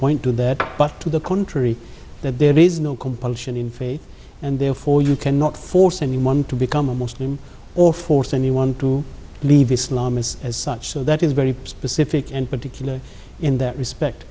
point to that but to the contrary that there is no compulsion in faith and therefore you cannot force anyone to become a muslim or force anyone to leave islam is as such so that is very specific and particular in that respect